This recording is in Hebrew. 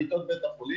מבחינת מיטות,